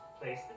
Place